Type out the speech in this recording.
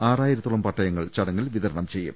ആറായിരത്തോളം പട്ടയങ്ങൾ ചടങ്ങിൽ വിതരണം ചെയ്യും